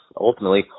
ultimately